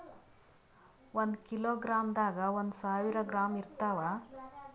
ಒಂದ್ ಕಿಲೋಗ್ರಾಂದಾಗ ಒಂದು ಸಾವಿರ ಗ್ರಾಂ ಇರತಾವ